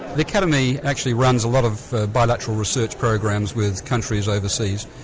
the academy actually runs a lot of bilateral research programs with countries overseas,